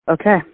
Okay